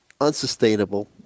unsustainable